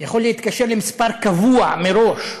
יכול להתקשר למספר קבוע מראש,